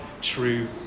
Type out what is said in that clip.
true